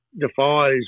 defies